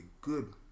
good